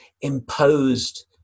imposed